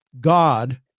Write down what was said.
God